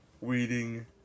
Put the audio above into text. weeding